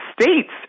States